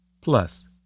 Plus